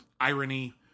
irony